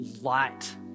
light